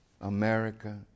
America